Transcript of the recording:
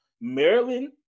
Maryland